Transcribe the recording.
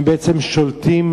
הם בעצם שולטים,